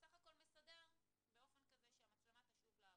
בסך הכל מסדר את המצלמה שתשוב לעבוד.